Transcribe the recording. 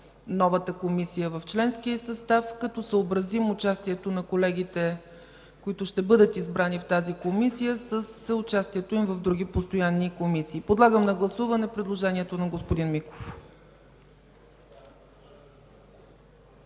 новата Комисия в членския й състав, като съобразим участието на колегите, които ще бъдат избрани в тази комисия, с участието им в други постоянни комисии. Подлагам на гласуване предложението на господин Миков.